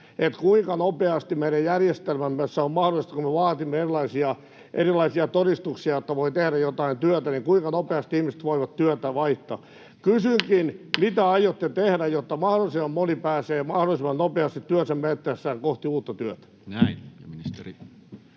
kuinka nopeasti meidän järjestelmässämme on mahdollista, kun me laadimme erilaisia todistuksia, jotta voi tehdä jotain työtä, ihmisten työtä vaihtaa. Kysynkin: mitä aiotte tehdä, jotta mahdollisimman moni pääsee mahdollisimman nopeasti työnsä menettäessään kohti uutta työtä? [Speech